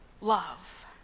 love